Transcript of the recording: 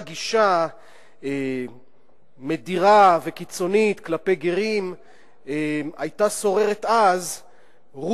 גישה מדירה וקיצונית כלפי גרים היתה שוררת אז,